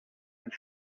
and